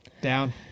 Down